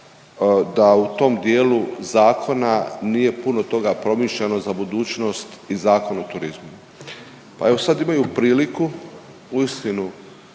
da u tom dijelu zakona nije puno toga promišljano za budućnost i Zakon o turizmu. Pa evo sad imaju priliku uistinu